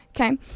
Okay